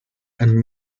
and